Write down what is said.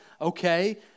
Okay